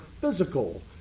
physical